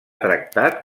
tractat